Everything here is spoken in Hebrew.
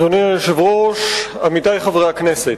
אדוני היושב-ראש, עמיתי חברי הכנסת,